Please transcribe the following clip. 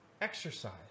exercise